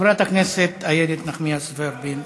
חברת הכנסת איילת נחמיאס ורבין.